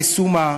כסומא,